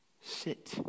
sit